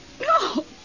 No